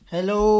Hello